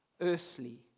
earthly